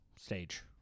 stage